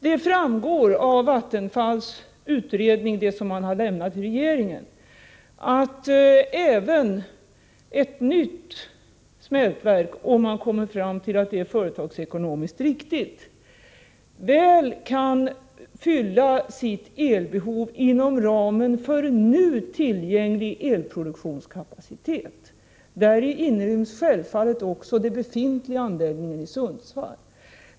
Det framgår av den utredning som Vattenfall har lämnat till regeringen att även ett nytt smältverk — om man kommer fram till att det alternativet är företagsekonomiskt riktigt — väl kan fylla sitt elbehov inom ramen för nu tillgänglig elproduktionskapacitet. Däri inryms självfallet också den befintliga anläggningen i Sundsvall.